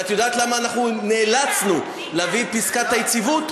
ואת יודעת למה אנחנו נאלצנו להביא את פסקת היציבות?